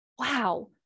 wow